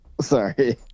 sorry